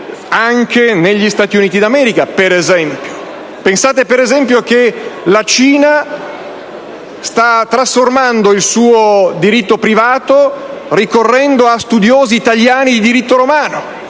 anche nel Nord America. Pensate, per esempio, che la Cina sta trasformando il suo diritto privato ricorrendo a studiosi italiani di diritto romano.